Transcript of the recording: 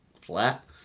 flat